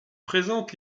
présente